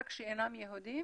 רק שאינם יהודים?